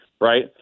right